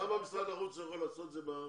למה משרד החוץ לא יכול לעשות את זה בארץ?